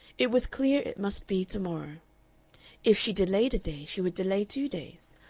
it was clear it must be to-morrow. if she delayed a day she would delay two days,